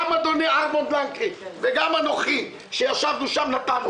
גם אדוני ארמונד לנקרי וגם אנוכי שישבנו שם נתנו.